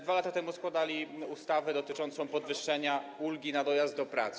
2 lata temu składaliśmy ustawę dotyczącą podwyższenia ulgi na dojazd do pracy.